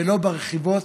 ולא ברחובות,